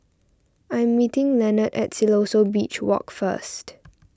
I am meeting Lenard at Siloso Beach Walk first